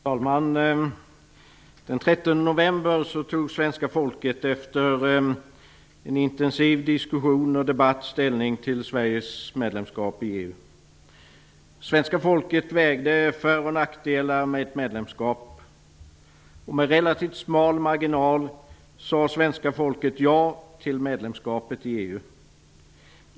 Herr talman! Den 13 november tog svenska folket efter en intensiv diskussion och debatt ställning till Sveriges medlemskap i EU. Svenska folket vägde föroch nackdelar med ett medlemskap. Med relativt smal marginal sade svenska folket ja till medlemskapet i EU.